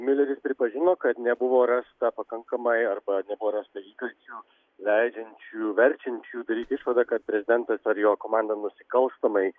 miuleris pripažino kad nebuvo rasta pakankamai arba nebuvo rastą įkalčių leidžiančių verčiančių daryti išvadą kad prezidentas ar jo komanda nusikalstamai